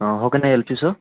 how can I help you sir